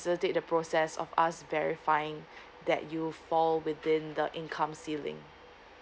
facilitate the process of us very fine that you fall within the income ceiling